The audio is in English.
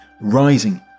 rising